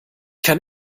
kann